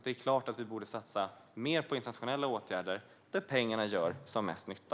Det är klart att vi borde satsa mer på internationella åtgärder där pengarna gör som mest nytta.